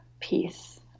peace